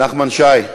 נחמן שי,